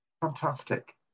fantastic